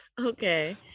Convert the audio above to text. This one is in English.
Okay